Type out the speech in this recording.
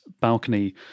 balcony